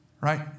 Right